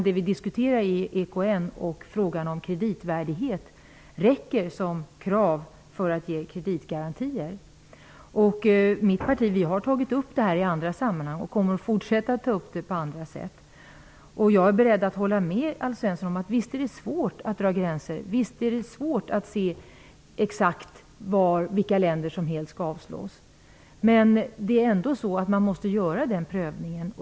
Det vi diskuterar är EKN och om kreditvärdighet räcker som krav för att ge kreditgarantier. Mitt parti har tagit upp detta i andra sammanhang och kommer att fortsätta att ta upp det på andra sätt. Jag är beredd att hålla med Alf Svensson om att det är svårt att dra gränser. Det är svårt att exakt se vilka länder som skall avslås. Men man måste ändå göra denna prövning.